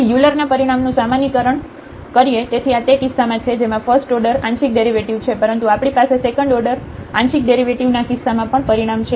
તેથી યુલર ના પરિણામ નું સામાન્યીકરણ કરીએ તેથી આ તે કિસ્સામાં છે જેમાં ફર્સ્ટ ઓર્ડર આંશિક ડેરીવિટિવ છે પરંતુ આપણી પાસે સેકન્ડ ઓર્ડર આંશિક ડેરિવેટિવ ના કિસ્સામાં પણ પરિણાંમ છે